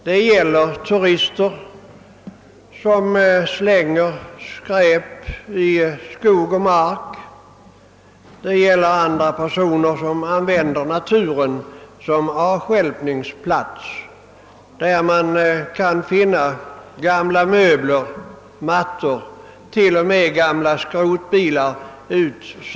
Det gäller turister som slänger skräp i skog och mark och det gäller andra personer som använder naturen som avstjälpningsplats, så att man där kan finna gamla möbler och mattor och till och med gamla skrotbilar.